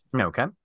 Okay